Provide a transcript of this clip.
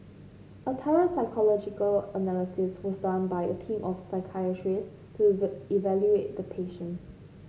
a thorough psychological analysis was done by a team of psychiatrists to evaluate the patient